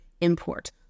import